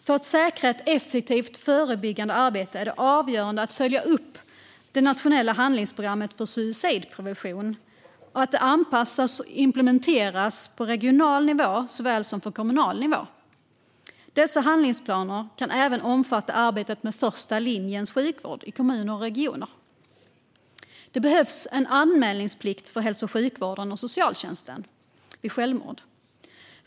För att säkra ett effektivt förebyggande arbete är det avgörande att följa upp att det nationella handlingsprogrammet för suicidprevention anpassas och implementeras på regional såväl som kommunal nivå. Dessa handlingsplaner kan även omfatta arbetet med första linjens sjukvård i kommuner och regioner. Det behövs en anmälningsplikt för hälso och sjukvården och socialtjänsten vid självmord.